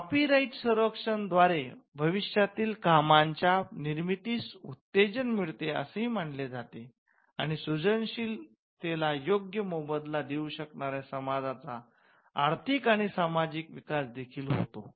copyright संरक्षणा द्वारे भविष्यातील कामांच्या निर्मितीस उत्तेजन मिळते असेही मानले जाते आणि सृजनशीलतेला योग्य मोबदला देऊ शकणार्या समाजाचा आर्थिक आणि सामाजिक विकास देखील होत असतो